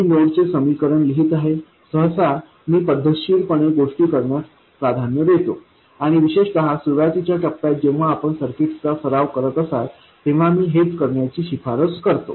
मी node चे समीकरण लिहित आहे सहसा मी पद्धतशीरपणे गोष्टी करण्यास प्राधान्य देतो आणि विशेषत सुरुवातीच्या टप्प्यात जेव्हा आपण सर्किट्सचा सराव करत असाल तेव्हा मी हेच करण्याची शिफारस करतो